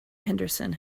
henderson